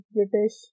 British